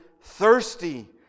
thirsty